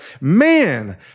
man